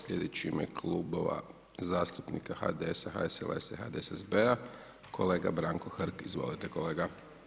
Slijedeći u ime Klubova zastupnika HDS-a, HSLS-a i HDSSB-a, kolega Branko Hrg, izvolite, kolega.